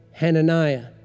Hananiah